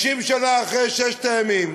50 שנה אחרי ששת הימים